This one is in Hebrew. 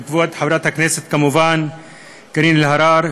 וכמובן כבוד חברת הכנסת קארין אלהרר,